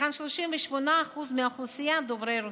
היכן ש-38% מהאוכלוסייה דוברי רוסית.